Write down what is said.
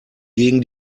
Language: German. gegen